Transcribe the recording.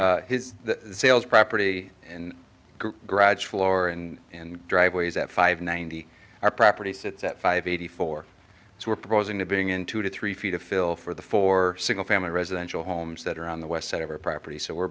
about his sales property and grads floor and and driveways at five ninety our property sits at five eighty four so we're proposing to bring in two to three feet of fill for the four single family residential homes that are on the west side of our property so we're